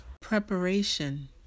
Preparation